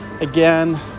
again